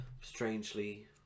strangely